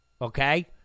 okay